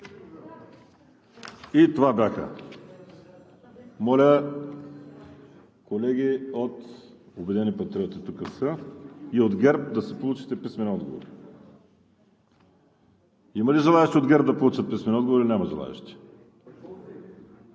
Танев. Моля, колеги от „Обединени патриоти“ и от ГЕРБ, да си получите писмените отговори. Има ли желаещи от ГЕРБ да получат писмени отговори, или няма желащи?